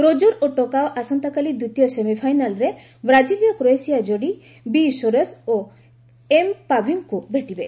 Roger ଓ Tecau ଆସନ୍ତାକାଲି ଦ୍ୱିତୀୟ ସେମିଫାଇନାଲ୍ରେ ବ୍ରାଜିଲୀୟ କ୍ରୋଏସିଆ ଯୋଡ଼ି ବି ସୋରେସ ଓ ଏମ୍ ପାଭିକ୍ଙ୍କୁ ଭେଟିବେ